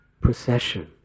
procession